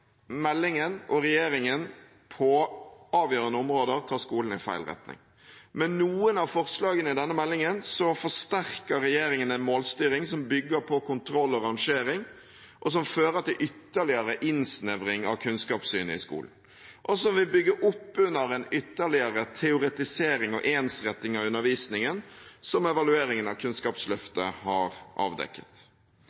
meldingen og regjeringen på avgjørende områder tar skolen i feil retning. Med noen av forslagene i denne meldingen forsterker regjeringen en målstyring som bygger på kontroll og rangering, som fører til ytterligere innsnevring av kunnskapssynet i skolen, og som vil bygge opp under en ytterligere teoretisering og ensretting av undervisningen, noe som evalueringen av